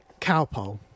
cowpole